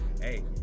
hey